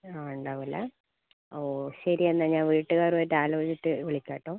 ആ ഉണ്ടാകും അല്ലേ ഓ ശരി എന്നാൽ ഞാൻ വീട്ടുകാരും ആയിട്ട് ആലോചിച്ചിട്ട് വിളിക്കാം കേട്ടോ